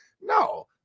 No